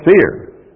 fear